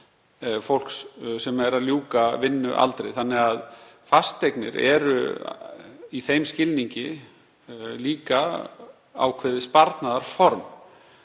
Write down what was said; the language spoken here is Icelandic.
fólks sem er að ljúka vinnualdri, fasteignir eru í þeim skilningi líka ákveðið sparnaðarform.